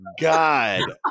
God